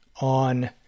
on